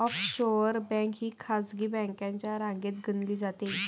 offshore bank ही खासगी बँकांच्या रांगेत गणली जाते